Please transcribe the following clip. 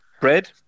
Bread